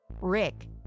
Rick